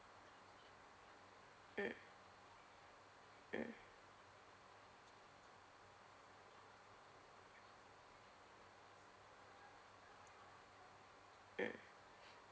mm mm mm